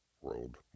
World